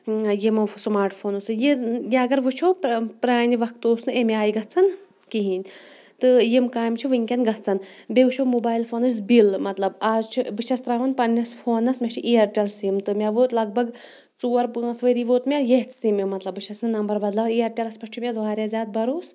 یِمو سُماٹ فونو سۭتۍ یہِ اگر وٕچھو پرانہِ وقتہٕ اوس نہٕ امہِ آیہِ گَژھان کِہیٖنۍ تہٕ یِم کامہِ چھِ وٕنکٮ۪ن گَژھان بیٚیہِ وٕچھو موبایِل فونٕس بِل مطلب آز چھُ بہٕ چھَس تراوان پَننِس فونَس مےٚ چھُ اِیَرٹیٚل سِم تہٕ مےٚ ووت لگ بگ ژور پانٛژھ ؤری ووت مےٚ ییتھ سِمہِ مطلب بہٕ چھَس نمبر بَدلاوان اِیَرٹیلَس پٮ۪ٹھ چھُ مےٚ واریاہ زیادٕ بَروس